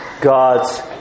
God's